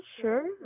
sure